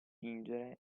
fingere